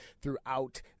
throughout